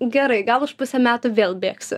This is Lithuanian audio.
gerai gal už pusę metų vėl bėgsiu